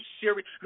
serious